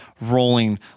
rolling